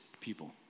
people